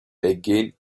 again